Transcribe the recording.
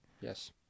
yes